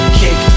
kick